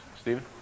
Stephen